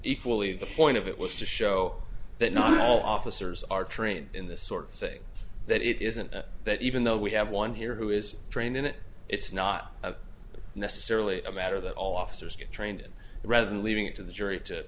equally the point of it was to show that not all officers are trained in this sort of thing that it isn't that even though we have one here who is trained in it it's not necessarily a matter that all officers get trained rather than leaving it to the jury to